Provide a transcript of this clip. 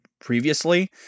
previously